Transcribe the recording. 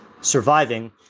surviving